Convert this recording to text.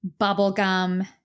bubblegum